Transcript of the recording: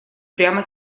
прямо